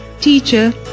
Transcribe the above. Teacher